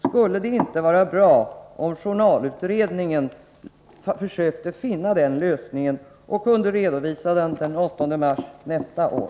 Skulle det inte vara bra, om journalutredningen försökte finna den lösningen och kunde redovisa den den 8 mars nästa år?